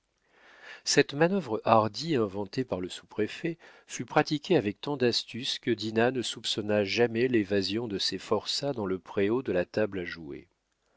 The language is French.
cette manœuvre hardie inventée par le sous-préfet fut pratiquée avec tant d'astuce que dinah ne soupçonna jamais l'évasion de ses forçats dans le préau de la table à jouer